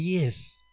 yes